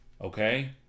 Okay